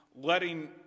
letting